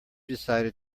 decided